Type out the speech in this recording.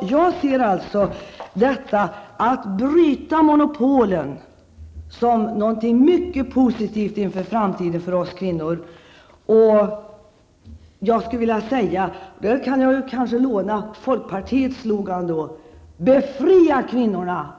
Jag ser det som något mycket positivt inför framtiden för oss kvinnor att monopolen bryts. Kanske kan jag låna folkpartiets slogan och säga: Befria kvinnorna!